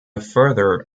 further